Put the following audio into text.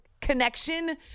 connection